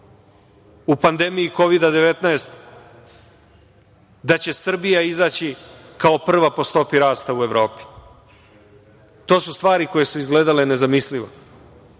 u pandemiji Kovida – 19, da će Srbija izaći kao prva po stopi rasta u Evropi. To su stvari koje su izgledale nezamislivo. Mi